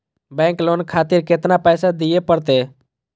Bank loan खातीर केतना पैसा दीये परतें?